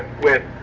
with